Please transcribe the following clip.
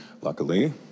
Luckily